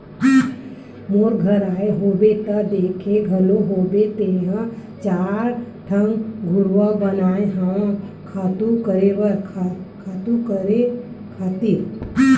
मोर घर आए होबे त देखे घलोक होबे तेंहा चार ठन घुरूवा बनाए हव खातू करे खातिर